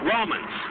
Romans